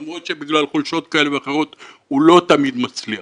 למרות שבגלל חולשות כאלה ואחרות הוא לא תמיד מצליח.